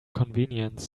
convenience